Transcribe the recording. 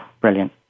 brilliant